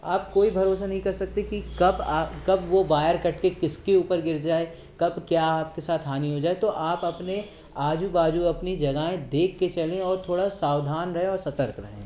आप कोई भरोसा नहीं कर सकते कि कब आ कब वो वायर कटके किसके ऊपर गिर जाए कब क्या आपके साथ हानि हो जाए तो आप आपने आज़ू बाज़ू अपनी जगहें देखके चलें और थोड़ा सावधान रहें और सतर्क रहें